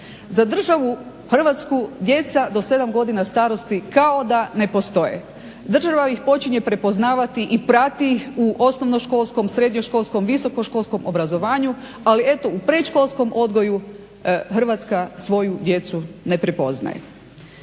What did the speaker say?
Za državu Hrvatsku djeca do 7 godina starosti kao da ne postoje. Država ih počinje prepoznavati i prati ih u osnovnoškolskom, srednjoškolskom, visokoškolskom obrazovanju ali eto u predškolskom odgoju Hrvatska svoju djecu ne prepoznaje.